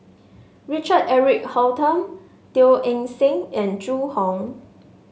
Richard Eric Holttum Teo Eng Seng and Zhu Hong